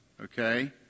Okay